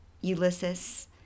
Ulysses